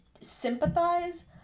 sympathize